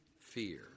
fear